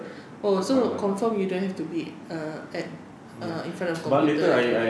oh so confirm you don't have to be at err in front of computer ah